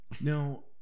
Now